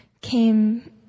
came